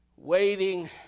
Waiting